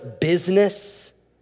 business